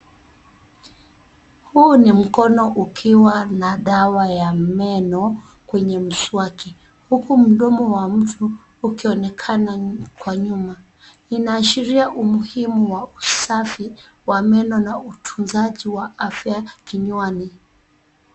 Huu ni mkono ukiwa na dawa ya meno kwenye mswaki, huku mdomo wa mtu ukionekana kwa nyuma, inaashiria umuhimu wa usafi wa meno na utunzaji wa afya kinywani.